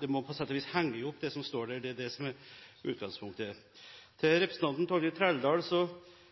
det må på sett og vis henge sammen det som står der, det er det som er utgangspunktet. Til representanten